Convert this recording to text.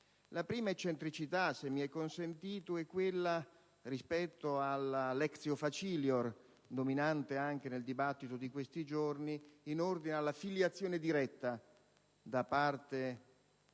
La prima eccentricità - se mi è consentito - è quella rispetto alla *lectio facilior*, dominante anche nel dibattito degli ultimi giorni, in ordine alla filiazione diretta da parte